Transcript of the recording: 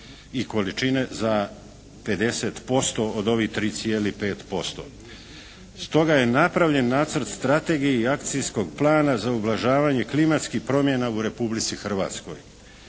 i količine za 50% od ovih 3,5%. Stoga je napravljen Nacrt strategije i akcijskog plana za ublažavanje klimatskih promjena u Republici Hrvatskoj.